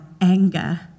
anger